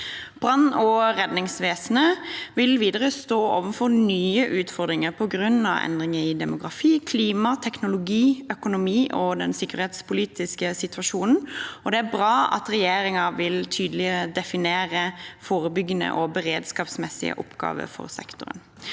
Brann- og redningsvesenet vil videre stå overfor nye utfordringer på grunn av endringer i demografi, klima, teknologi, økonomi og den sikkerhetspolitiske situasjonen, og det er bra at regjeringen vil tydelig definere forebyggende og beredskapsmessige oppgaver for sektoren.